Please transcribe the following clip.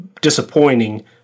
Disappointing